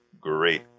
great